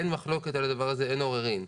אין מחלוקת על הדבר הזה, אין עוררין.